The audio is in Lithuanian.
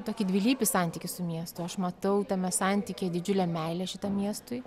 tokį dvilypį santykį su miestu aš matau tame santykyje didžiulę meilę šitam miestui